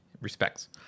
respects